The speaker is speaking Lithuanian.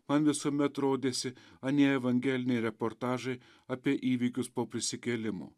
man visuomet rodėsi anie evangeliniai reportažai apie įvykius po prisikėlimo